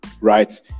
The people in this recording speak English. right